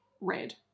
red